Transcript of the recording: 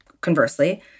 conversely